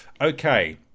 Okay